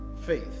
faith